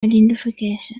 identification